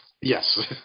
yes